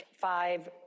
five